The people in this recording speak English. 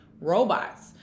robots